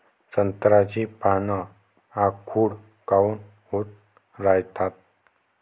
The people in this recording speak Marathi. संत्र्याची पान आखूड काऊन होत रायतात?